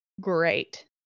great